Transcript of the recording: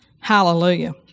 hallelujah